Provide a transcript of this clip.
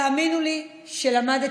תאמינו לי שלמדתי,